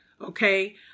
Okay